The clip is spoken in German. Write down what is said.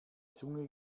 zunge